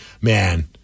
man